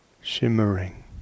shimmering